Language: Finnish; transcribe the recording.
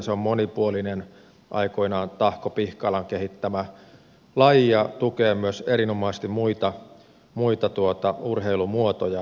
se on monipuolinen aikoinaan tahko pihkalan kehittämä laji ja tukee myös erinomaisesti muita urheilumuotoja